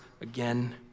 again